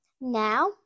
Now